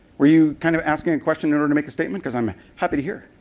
were you kind of asking a question in order to make a statement? because i'm happy to hear.